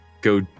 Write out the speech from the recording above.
go